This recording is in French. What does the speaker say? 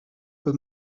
peu